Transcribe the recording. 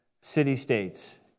city-states